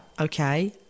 Okay